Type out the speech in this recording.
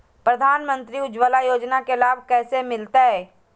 प्रधानमंत्री उज्वला योजना के लाभ कैसे मैलतैय?